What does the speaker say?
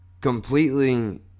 completely